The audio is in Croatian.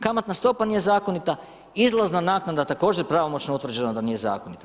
Kamatna stopa nije zakonita, izlazna naknada također pravomoćno utvrđeno da nije zakonita.